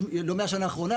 לא מהשנה האחרונה.